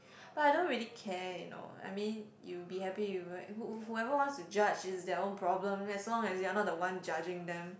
but I don't really care you know I mean you'll be happy with who~ who~ whoever wants to judge it's their own problem as long as you're not the one judging them